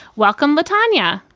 welcome, latanya.